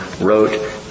wrote